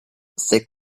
thick